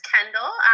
Kendall